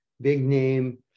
big-name